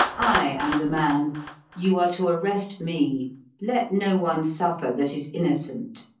i am the man you are to arrest me let no one suffer that is innocent.